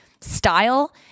style